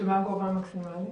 ומה הגובה המקסימלי?